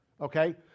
okay